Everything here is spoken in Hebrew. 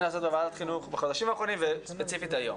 לעשות בוועדת החינוך בחודשים האחרונים וספציפית היום.